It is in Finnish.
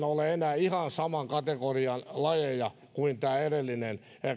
ole enää ihan saman kategorian lajeja kuin tämä edellinen